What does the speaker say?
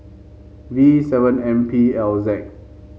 V seven M P L Z